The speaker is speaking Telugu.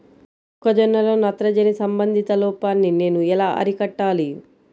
మొక్క జొన్నలో నత్రజని సంబంధిత లోపాన్ని నేను ఎలా అరికట్టాలి?